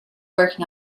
working